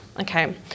Okay